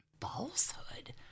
falsehood